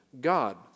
God